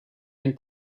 den